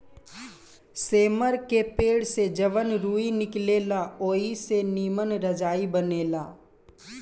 सेमर के पेड़ से जवन रूई निकलेला ओई से निमन रजाई बनेला